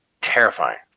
terrifying